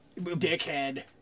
Dickhead